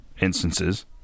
instances